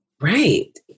Right